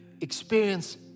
experience